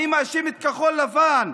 אני מאשים את כחול לבן,